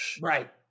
Right